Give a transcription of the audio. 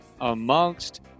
amongst